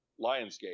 lionsgate